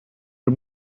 are